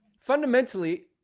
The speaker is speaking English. Fundamentally